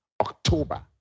October